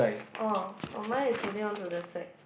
orh orh mine is holding on to the sack